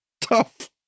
Tough